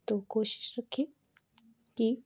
تو کوشش رکھیں کہ